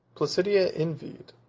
placidia envied,